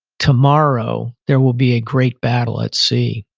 tomorrow there will be a great battle at sea.